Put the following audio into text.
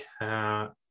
cat